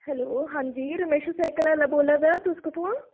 hello हांजी रमेशू cycle आह्ला बोल्ला दा तुस कुत्थुआं